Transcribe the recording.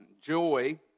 Joy